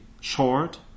short